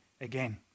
again